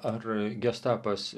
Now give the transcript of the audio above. ar gestapas